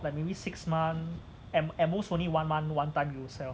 like maybe six month at most only one month one time you sell